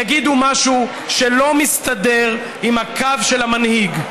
יגידו משהו שלא מסתדר עם הקו של המנהיג.